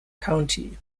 county